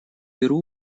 беру